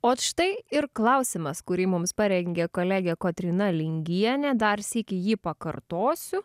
ot štai ir klausimas kurį mums parengė kolegė kotryna lingienė dar sykį jį pakartosiu